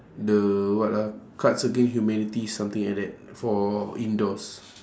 the what ah cards against humanity something like that for indoors